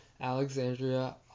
Alexandria